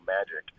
Magic